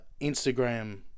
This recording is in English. instagram